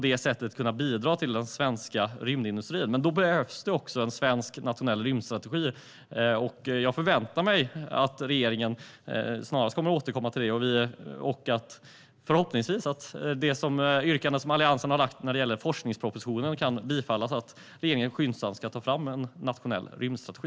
Detta kan bidra till den svenska rymdindustrin. Men då behövs det också en svensk nationell rymdstrategi. Jag förväntar mig att regeringen snarast kommer att återkomma till det. Förhoppningsvis kan Alliansens yrkande när det gäller forskningspropositionen bifallas; vi vill att regeringen skyndsamt ska ta fram en nationell rymdstrategi.